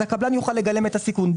אז הקבלן יוכל לגלם את הסיכון,